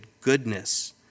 goodness